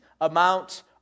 amount